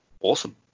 awesome